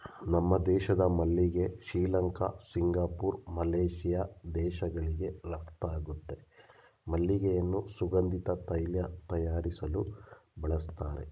ನಮ್ಮ ದೇಶದ ಮಲ್ಲಿಗೆ ಶ್ರೀಲಂಕಾ ಸಿಂಗಪೂರ್ ಮಲೇಶಿಯಾ ದೇಶಗಳಿಗೆ ರಫ್ತಾಗುತ್ತೆ ಮಲ್ಲಿಗೆಯನ್ನು ಸುಗಂಧಿತ ತೈಲ ತಯಾರಿಸಲು ಬಳಸ್ತರೆ